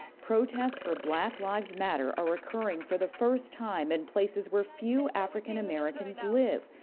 protests for black lives matter are occurring for the first time in places where few african-americans live,